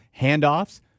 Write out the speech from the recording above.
handoffs